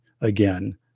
again